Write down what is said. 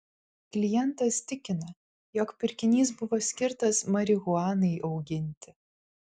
klientas tikina jog pirkinys buvo skirtas marihuanai auginti